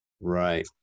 Right